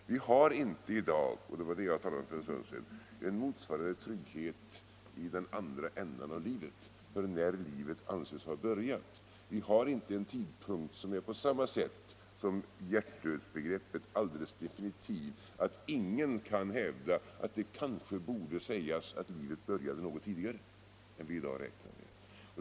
Vi har i dag — och det var det jag tidigare talade om — inte någon motsvarande trygghet i den andra ändan av livet, för den tidpunkt när livet anses ha börjat. Vi har inte en tidpunkt som på samma sätt som hjärtdödsbegreppet är så absolut definitiv, att ingen kan hävda att det kanske borde sägas att livet började något tidigare än vi i dag räknar med.